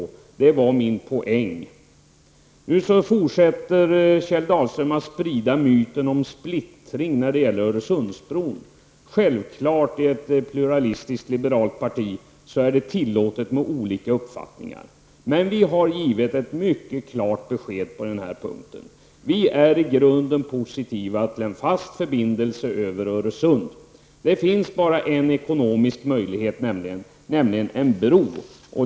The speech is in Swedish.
Kjell Dahlström fortsätter att sprida myten om splittring när det gäller Öresundsbron. Men självfallet är det i ett pluralistiskt liberalt parti tillåtet att människor har olika uppfattningar. Vi har dock givit ett mycket klart besked på den punkten: Vi är i grunden positiva till en fast förbindelse över Öresund. Ekonomiskt finns det bara en enda möjlighet, nämligen att ha en bro.